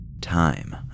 Time